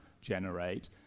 generate